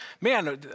Man